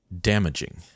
damaging